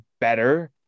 better